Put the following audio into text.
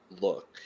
look